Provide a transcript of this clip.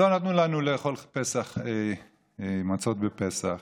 לא נתנו לנו לאכול מצות בפסח,